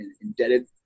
indebted